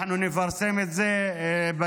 ואנחנו נפרסם את זה בהמשך.